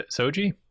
Soji